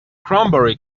cranberry